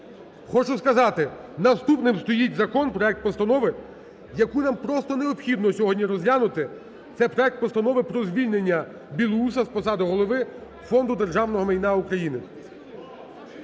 Хочу сказати, наступним стоїть закон, проект постанови, яку нам просто необхідно сьогодні розглянути, це проект Постанови про звільнення Білоуса з посадиГолови Фонду державного майна України.